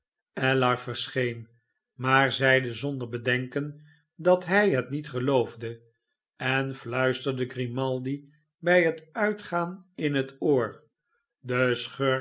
ellar verscheen maar zeide zonder bedenken dat hij het niet geloofde en fluisterde grimaldi bij het uitgaan in het oor de